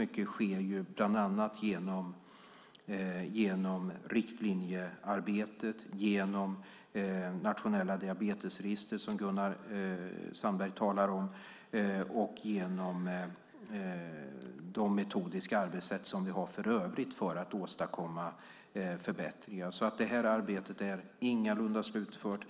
Mycket sker bland annat genom riktlinjearbetet, Nationella Diabetesregistret, som Gunnar Sandberg talar om, och genom de metodiska arbetssätt som vi har för övrigt för att åstadkomma förbättringar. Detta arbete är alltså ingalunda slutfört.